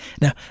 Now